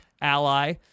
ally